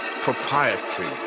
proprietary